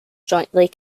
jointly